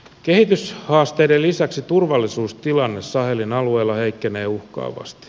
kehityshaasteiden lisäksi turvallisuustilanne sahelin alueella heikkenee uhkaavasti